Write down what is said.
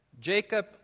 Jacob